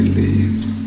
leaves